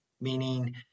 meaning